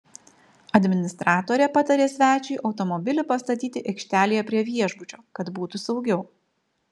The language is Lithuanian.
administratorė patarė svečiui automobilį pastatyti aikštelėje prie viešbučio kad būtų saugiau